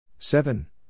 seven